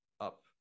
up